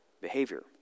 behavior